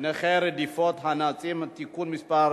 נכי רדיפות הנאצים (תיקון מס'